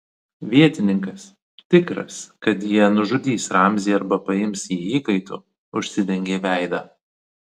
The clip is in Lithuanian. vietininkas tikras kad jie nužudys ramzį arba paims jį įkaitu užsidengė veidą